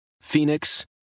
Phoenix